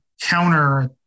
counter